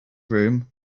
room